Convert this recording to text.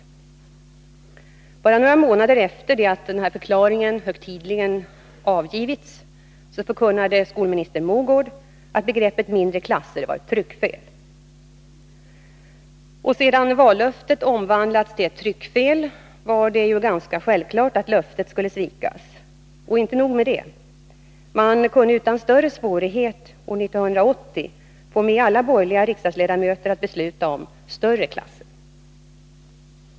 Bara några månader efter det att denna förklaring högtidligen avgivits förkunnade skolminister Mogård att begreppet ”mindre klasser” var ett tryckfel. Och sedan vallöftet omvandlats till ett tryckfel var det ju ganska självklart att löftet skulle svikas. Och inte nog med det. Man kunde utan större svårighet år 1980 få med alla borgerliga riksdagsledamöter på att besluta om större klasser.